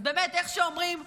אז באמת, איך שאומרים אצלנו,